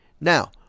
Now